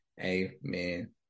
Amen